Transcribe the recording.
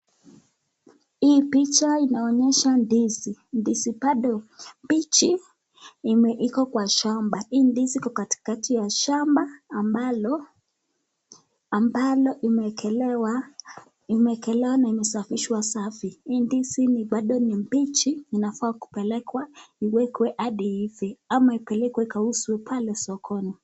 Hii picha inaonyesha ndizi, ndizi mbichi iko kwa shamba. Hii ndizi iko katikati ya shamba ambalo imeekelewa na imesafishwa safi. Hii ndizi bado ni mbichi inafaa kupelekwa iwekwe hadi iive ama ipelekwe ikauzwe pale sokoni.